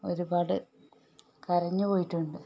ഒരുപാട് കരഞ്ഞ് പോയിട്ടുണ്ട്